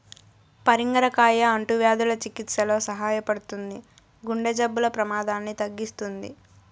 పరింగర కాయ అంటువ్యాధుల చికిత్సలో సహాయపడుతుంది, గుండె జబ్బుల ప్రమాదాన్ని తగ్గిస్తుంది